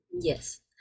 Yes